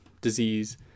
disease